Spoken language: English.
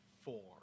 four